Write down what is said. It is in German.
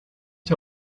der